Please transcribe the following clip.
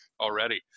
already